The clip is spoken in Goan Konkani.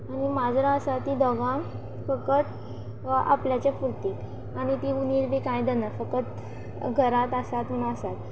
आनी माजरां आसा तीं दोगां फकत आपल्याच्या पुर्ती आनी तीं उंदीर बी कांय धरना फकत घरांत आसात म्हूण आसात